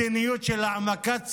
מדיניות של העמקת שנאה.